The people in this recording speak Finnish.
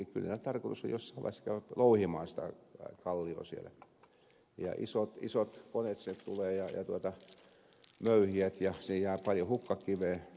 kyllä niillä tarkoitus on jossain vaiheessa käydä louhimaan sitä kalliota siellä ja isot koneet sinne tulevat ja möyhijät ja siinä jää paljon hukkakiveä